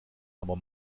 aber